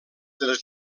dels